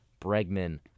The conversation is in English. Bregman